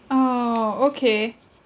oh okay